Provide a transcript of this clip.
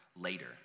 later